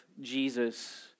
Jesus